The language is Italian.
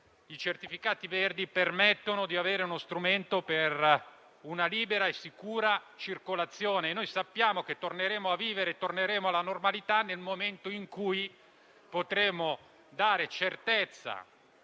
investire sul turismo - di avere uno strumento per una libera e sicura circolazione. Noi sappiamo che torneremo a vivere e torneremo alla normalità nel momento in cui potremo dare certezza